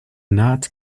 not